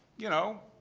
you know,